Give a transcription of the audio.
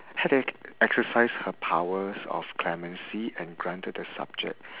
had e~ exercise her powers of clemency and granted the subject